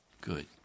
Good